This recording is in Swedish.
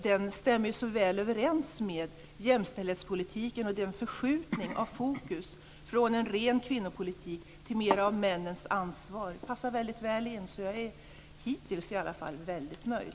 Den stämmer så väl överens med jämställdhetspolitiken och den förskjutning av fokus från en ren kvinnopolitik till mer av männens ansvar. Det här passar väldigt väl in, så i alla fall hittills är jag väldigt nöjd.